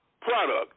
product